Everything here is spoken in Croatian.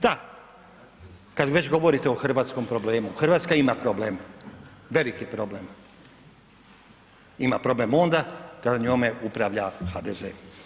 Da kad već govorite o hrvatskom problemu, RH ima problem, veliki problem, ima problem onda kada njome upravlja HDZ.